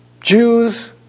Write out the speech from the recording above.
Jews